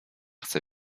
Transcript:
chce